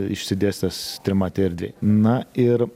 išsidėstęs trimatėj erdvėj na ir